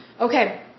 Okay